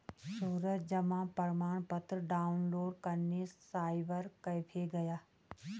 सूरज जमा प्रमाण पत्र डाउनलोड करने साइबर कैफे गया